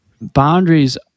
Boundaries